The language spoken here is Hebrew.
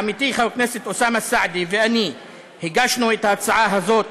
עמיתי חבר הכנסת אוסאמה סעדי ואני הגשנו את ההצעה הזאת